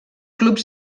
clubs